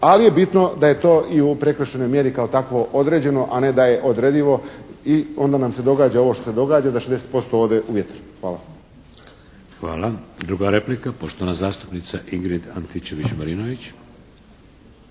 ali je bitno da je to i u prekršajnoj mjeri kao takvo određeno a ne da je odredivo i onda nam se događa ovo što nam se događa, da 60% ode u vjetar. Hvala. **Šeks, Vladimir (HDZ)** Hvala. Druga replika poštovana zastupnika Ingrid Antičević-Marinović.